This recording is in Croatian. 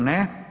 Ne.